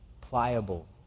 pliable